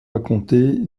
racontée